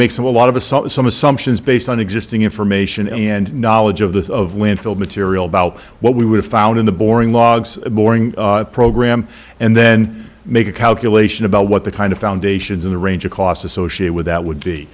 make some a lot of assault some assumptions based on existing information and knowledge of this of linfield material about what we would have found in the boring logs boring program and then make a calculation about what the kind of foundations in the range of costs associated with that would be